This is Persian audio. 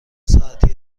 ساعتی